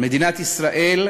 על מדינת ישראל,